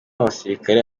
abasirikare